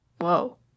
Whoa